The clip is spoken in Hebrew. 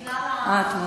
בגלל, אה, התמונות.